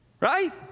Right